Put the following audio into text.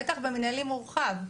בטח במינהלי מורחב,